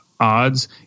odds